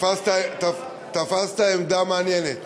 תפסת עמדה מעניינת.